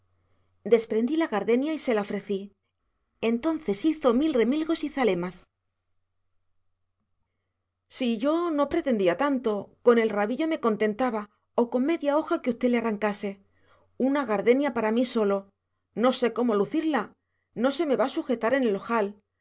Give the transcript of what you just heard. desprendí la gardenia y se la ofrecí entonces hizo mil remilgos y zalemas si yo no pretendía tanto con el rabillo me contentaba o con media hoja que usted le arrancase una gardenia para mí solo no sé cómo lucirla no se me va a sujetar en el ojal